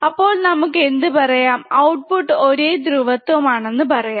അപ്പോൾ നമുക്ക് എന്തുപറയാം ഔട്ട്പുട്ട് ഒരേ ധ്രുവത്വം ആണെന്ന് പറയാം